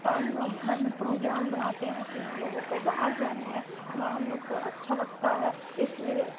تو ہم لوگ گھر میں پروگرام بناتے ہیں کہ ہم لوگوں کو باہر جانی ہے وہاں ہم لوگ کو اچھا لگتا ہے اس لیے